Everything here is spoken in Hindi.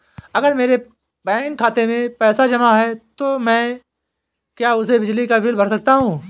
अगर मेरे बैंक खाते में पैसे जमा है तो क्या मैं उसे बिजली का बिल भर सकता हूं?